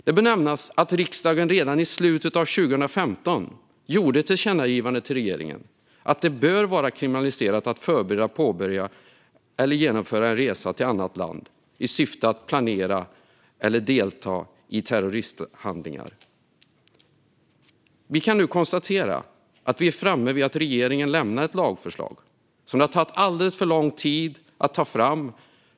Det bör nämnas att riksdagen redan i slutet av 2015 gjorde ett tillkännagivande till regeringen att det bör vara kriminaliserat att förbereda, påbörja eller genomföra en resa till annat land i syfte att planera eller delta i terroristhandlingar. Vi kan nu konstatera att vi är framme vid att regeringen lämnar ett lagförslag, som det har tagit alldeles för lång tid att ta fram.